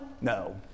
No